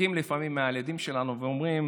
צוחקים לפעמים על הילדים שלנו ואומרים: